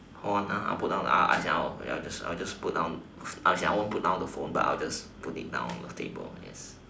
hold on ah I put down ah as in I'll I just I just put down ah as in I won't put down the phone but I will just put it down on the table yes